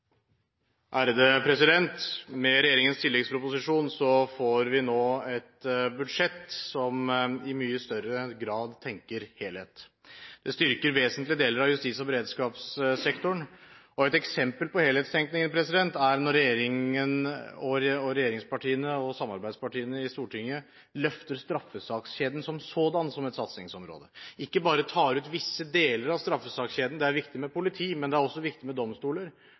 Med regjeringens tilleggsproposisjon får vi nå et budsjett hvor en i mye større grad tenker helhet. Det styrker vesentlige deler av justis- og beredskapssektoren. Et eksempel på helhetstenkningen er når regjeringen og regjeringspartiene og samarbeidspartiene i Stortinget løfter straffesakskjeden som sådan som et satsingsområde, og ikke bare tar ut visse deler av straffesakskjeden. Det er viktig med politi, men det er også viktig med domstoler.